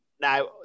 Now